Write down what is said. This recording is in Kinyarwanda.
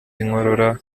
inkorora